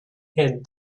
hid